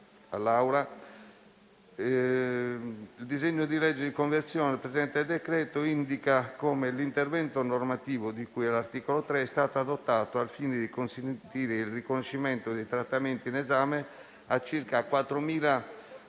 il disegno di legge di conversione del presente decreto-legge indica come l'intervento normativo, di cui all'articolo 3, sia stato adottato al fine di consentire il riconoscimento dei trattamenti in esame a circa 4.000